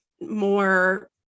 more